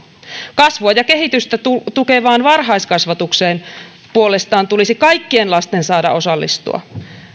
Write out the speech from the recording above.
kasvua ja kehitystä tukevaan varhaiskasvatukseen puolestaan tulisi kaikkien lasten saada osallistua